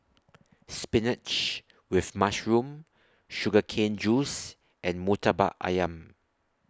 Spinach with Mushroom Sugar Cane Juice and Murtabak Ayam